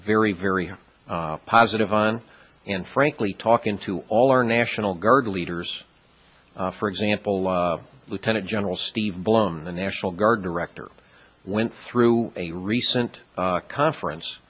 very very positive on and frankly talking to all our national guard leaders for example lieutenant general steven blum the national guard director went through a recent conference